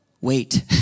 wait